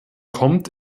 kommt